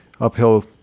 uphill